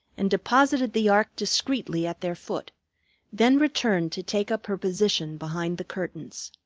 and deposited the ark discreetly at their foot then returned to take up her position behind the curtains.